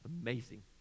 Amazing